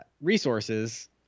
resources